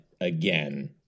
again